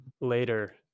later